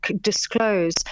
disclose